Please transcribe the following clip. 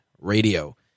Radio